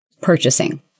purchasing